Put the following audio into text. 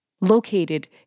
located